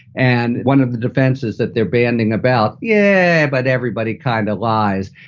and one of the defenses that they're banding about. yeah, but everybody kind of lies.